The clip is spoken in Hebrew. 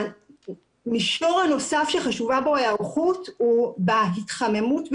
המישור הנוסף שחשובה בו היערכות הוא בהתחממות בשגרה,